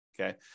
Okay